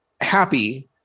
happy